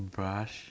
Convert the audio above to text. brush